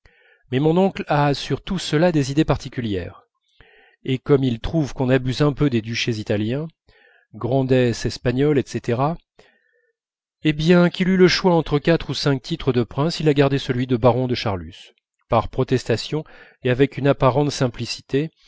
mais mon oncle a sur tout cela des idées particulières et comme il trouve qu'on abuse un peu des duchés italiens grandesses espagnoles etc et bien qu'il eût le choix entre quatre ou cinq titres de prince il a gardé celui de baron de charlus par protestation et avec une apparente simplicité